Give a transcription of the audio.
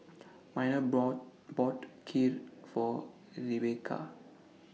Miner bought bought Kheer For Rebekah